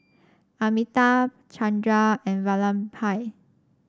Amitabh Chandra and Vallabhbhai